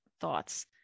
thoughts